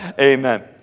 Amen